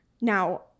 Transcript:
now